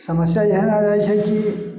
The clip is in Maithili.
समस्या एहन आ जाइ छै कि